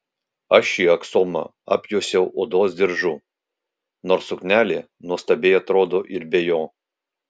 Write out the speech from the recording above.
aš šį aksomą apjuosiau odos diržu nors suknelė nuostabiai atrodo ir be jo